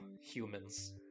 humans